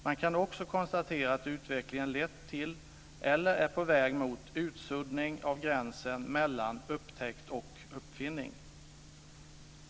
Man kan också konstatera att utvecklingen lett till eller är på väg mot utsuddning av gränsen mellan upptäckt och uppfinning.